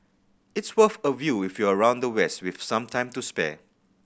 it's worth a view if you're around the west with some time to spare